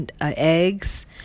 eggs